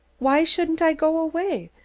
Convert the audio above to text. why shouldn't i go away?